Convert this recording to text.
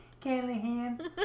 Callahan